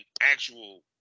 actual